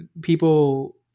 people